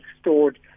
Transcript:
stored